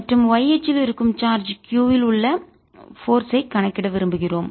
மற்றும் y அச்சில் இருக்கும் சார்ஜ் q இல் உள்ள போர்ஸ் ஐ விசை கணக்கிட விரும்புகிறோம்